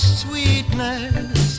sweetness